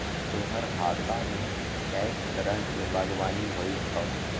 तोहर हातामे कैक तरहक बागवानी होए छौ